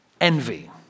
envy